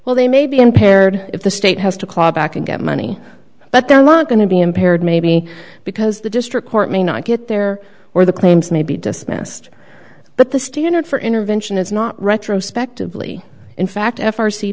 well they may be impaired if the state has to claw back and get money but the law going to be impaired maybe because the district court may not get there or the claims may be dismissed but the standard for intervention is not retrospectively in fact f r c